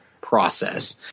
process